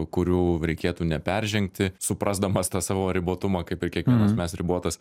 kurių reikėtų neperžengti suprasdamas tą savo ribotumą kaip ir kiekvienas mes ribotas